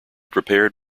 prepared